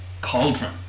cauldron